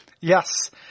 Yes